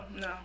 no